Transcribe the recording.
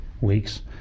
weeks